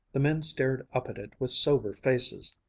the men stared up at it with sober faces.